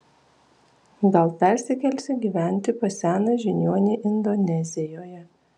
gal persikelsiu gyventi pas seną žiniuonį indonezijoje